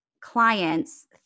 clients